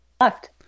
Left